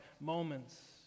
moments